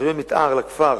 תוכנית מיתאר לכפר